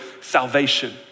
salvation